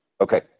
Okay